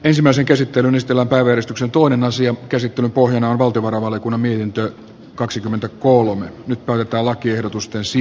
ensimmäisen käsittelyn estellä päivystyksen tuon asian käsittelyn pohjana on valtavan alalle kun omien työ kaksikymmentä kolme nuorta valtiovarainvaliokunnan mietintö